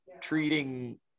treating